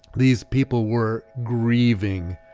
these people were grieving